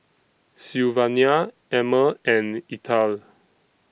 Sylvania Emmer and Ethyle